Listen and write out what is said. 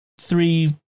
three